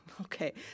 Okay